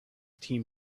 team